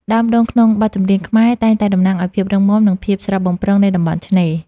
ដើមដូងក្នុងបទចម្រៀងខ្មែរ តែងតែតំណាងឱ្យភាពរឹងមាំ និងភាពស្រស់បំព្រងនៃតំបន់ឆ្នេរ។